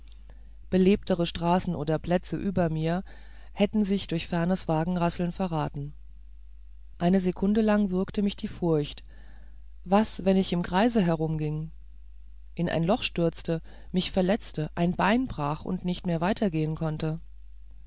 belebtere straßen oder plätze über mir hätten sich durch fernes wagenrasseln verraten eine sekunde lang würgte mich die furcht was wenn ich im kreise herumging in ein loch stürzte mich verletzte ein bein brach und nicht mehr weiter gehen konnte